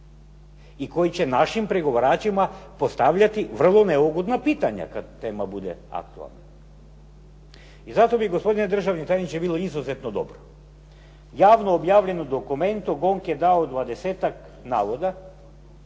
i koji će našim pregovaračima postavljati vrlo neugodna pitanja kad tema bude aktualna. I zato bi gospodine državni tajniče bilo izuzetno dobro, glavno objavljenu dokumentu GONG je dao 20-tak navoda,